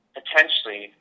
potentially